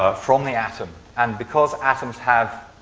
ah from the atom. and because atoms have,